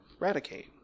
Radicate